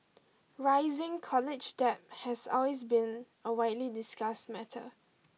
rising college debt has always been a widely discussed matter